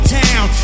town